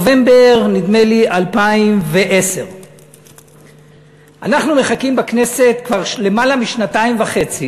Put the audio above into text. נדמה לי בנובמבר 2010. אנחנו מחכים בכנסת כבר יותר משנתיים וחצי